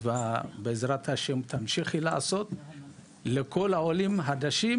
ובעזרת ה' תמשיכי לעשות לכל העולים החדשים